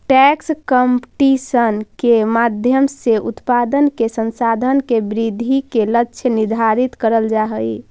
tax competition के माध्यम से उत्पादन के संसाधन के वृद्धि के लक्ष्य निर्धारित करल जा हई